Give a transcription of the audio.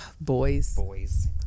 boys